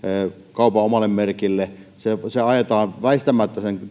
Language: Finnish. kaupan omalle merkille sen tuotannon kustannus ajetaan väistämättä